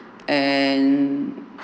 and